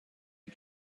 you